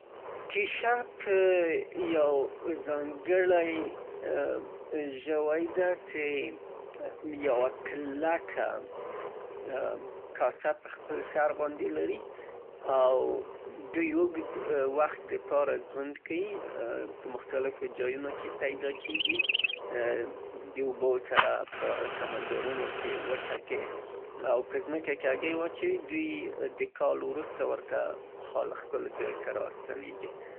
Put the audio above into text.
کيشف يا ځانګړی ژوی ده څې يوه کلکه کاسه په خپل سر باندې لري او دوی اوږد وخت د پاره زوند کيي په مختلفو ځايونو کې پيداکېږي. د اوبو سره په سمندرونو کې، وچه کې او په ځمکه کې هګۍ واچوي دوی د کال وروسته ورته د کال خپل جای ته راستنيږي.